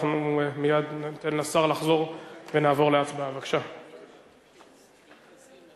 יישר כוח למציעים.